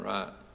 Right